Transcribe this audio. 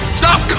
stop